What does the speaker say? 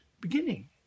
Beginning